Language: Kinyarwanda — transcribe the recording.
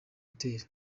hotel